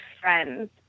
friends